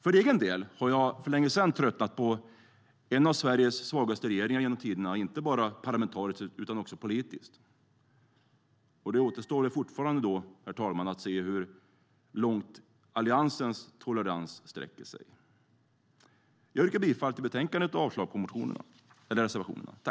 För egen del har jag för länge sedan tröttnat på en av Sveriges svagaste regeringar genom tidigare inte bara parlamentariskt utan också politiskt. Det återstår fortfarande att se hur långt Alliansens tolerans sträcker sig. Jag yrkar bifall till utskottets förslag i betänkandet och avslag på reservationerna.